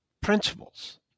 principles